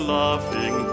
laughing